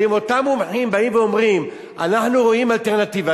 ואם אותם מומחים באים ואומרים: אנחנו רואים אלטרנטיבה,